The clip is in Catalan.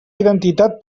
identitat